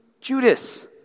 Judas